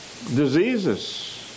Diseases